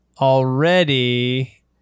already